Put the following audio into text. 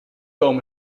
komen